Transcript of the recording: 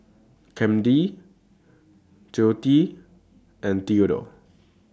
Camden Joette and Theadore